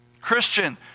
Christian